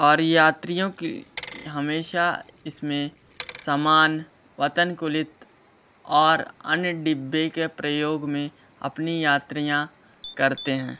और यात्रियों की हमेशा इस में सामान वतन कुलित और अन्य डिब्बे के प्रयोग में अपनी यात्रियां करते हैं